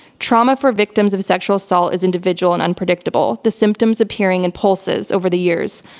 trauma for victims of sexual assault is individual and unpredictable, the symptoms appearing in pulses over the years.